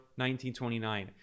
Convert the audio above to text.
1929